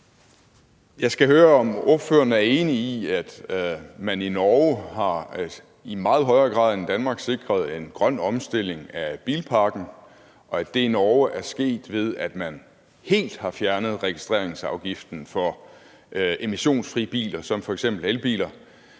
Jeg skal høre, om ordføreren er enig i, at man i Norge i meget højere grad end i Danmark har sikret en grøn omstilling af bilparken, og at det i Norge er sket, ved at man helt har fjernet registreringsafgiften for emissionsfrie biler som f.eks. elbiler.